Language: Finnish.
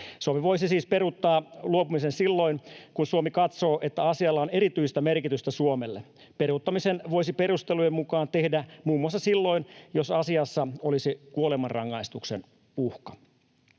Suomi voisi siis peruuttaa luopumisen silloin, kun Suomi katsoo, että asialla on erityistä merkitystä Suomelle. Peruuttamisen voisi perustelujen mukaan tehdä muun muassa silloin, jos asiassa olisi kuolemanrangaistuksen uhka.